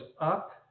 up